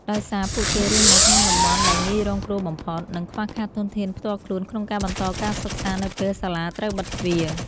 ដោយសារពួកគេរស់នៅក្នុងតំបន់ដែលងាយរងគ្រោះបំផុត និងខ្វះខាតធនធានផ្ទាល់ខ្លួនក្នុងការបន្តការសិក្សានៅពេលសាលាត្រូវបិទទ្វារ។